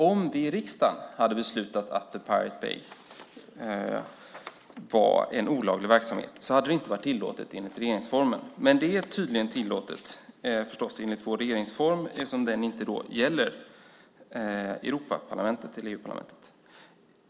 Om vi i riksdagen hade beslutat att Pirate Bay var en olaglig verksamhet hade det alltså inte varit tillåtet enligt regeringsformen. Men det är tydligen tillåtet enligt vår regeringsform eftersom den inte gäller EU-parlamentet.